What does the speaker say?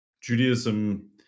Judaism